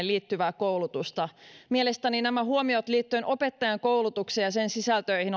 liittyvää koulutusta mielestäni nämä huomiot liittyen opettajankoulutukseen ja sen sisältöihin